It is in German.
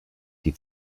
die